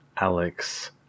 Alex